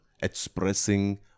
expressing